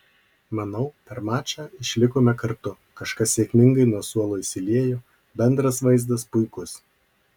manau per mačą išlikome kartu kažkas sėkmingai nuo suolo įsiliejo bendras vaizdas puikus